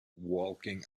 walking